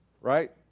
right